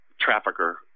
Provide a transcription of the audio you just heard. trafficker